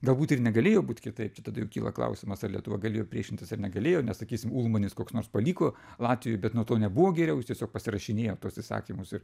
galbūt ir negalėjo būt kitaip čia tada kyla klausimas ar lietuva galėjo priešintis ar negalėjo nes sakysim ulmanis koks nors paliko latvijoj bet nuo to nebuvo geriau jis tiesiog pasirašinėjo tuos įsakymus ir